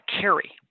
carry